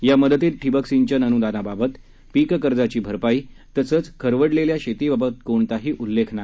या मदतीत ठिबक सिंचन अनुदानाबाबत पीक कर्जाची भरताई तसंच खरवडलेल्या शेतीबाबत कोणताही उल्लेख नाही